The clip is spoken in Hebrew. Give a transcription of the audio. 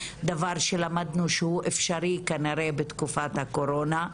דבר שלמדנו שהוא אפשרי כנראה בתקופת הקורונה,